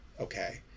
okay